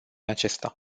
acesta